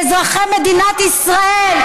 ואתה לא אומר כלום שאזרחי מדינת ישראל,